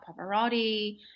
Pavarotti